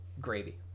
gravy